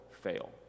fail